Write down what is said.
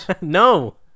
No